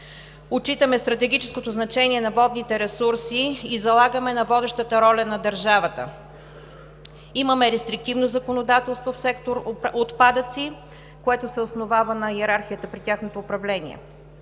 Отчитаме стратегическото значение на водните ресурси и залагаме на водещата роля на държавата. Имаме рестриктивно законодателство в сектор „Отпадъци“, което се основава на йерархията при тяхното управление.